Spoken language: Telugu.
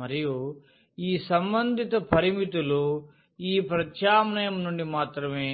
మరియు ఈ సంబంధిత పరిమితులు ఈ ప్రత్యామ్నాయం నుండి మాత్రమే